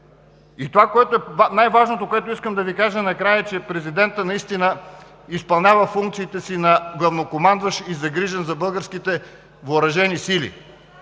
Това, което е най-важното, което искам да Ви кажа накрая, е, че президентът наистина изпълнява функциите си на главнокомандващ и загрижен за българските въоръжени сили.